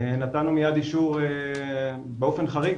נתנו מיד אישור באופן חריג,